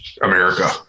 America